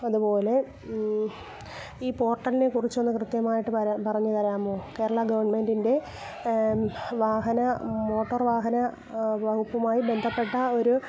അതുപോലെ ഈ പോർട്ടലിനെ കുറിച്ചൊന്ന് കൃത്യമായിട്ട് പറ പറഞ്ഞു തരാമോ കേരളാ ഗവൺമെൻറ്റിൻ്റെ വാഹന മോട്ടോർ വാഹന വകുപ്പുമായി ബന്ധപ്പെട്ട ഒരു